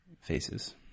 faces